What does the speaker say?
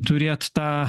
turėt tą